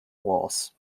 walls